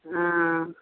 ஆ ஆ